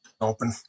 open